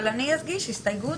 אבל אני אגיש הסתייגות,